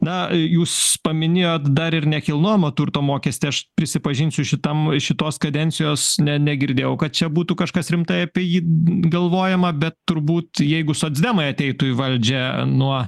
na jūs paminėjot dar ir nekilnojamo turto mokestį aš prisipažinsiu šitam šitos kadencijos ne negirdėjau kad čia būtų kažkas rimtai apie jį galvojama bet turbūt jeigu socdemai ateitų į valdžią nuo